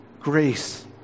Grace